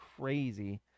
crazy